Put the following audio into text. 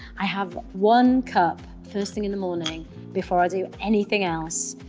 i have one cup first thing in the morning before i do anything else.